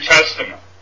Testament